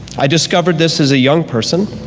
i discovered this as a young person.